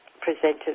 presented